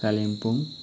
Kalimpong